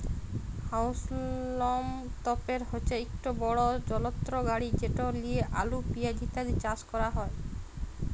হাউলম তপের হছে ইকট বড় যলত্র গাড়ি যেট লিঁয়ে আলু পিয়াঁজ ইত্যাদি চাষ ক্যরা হ্যয়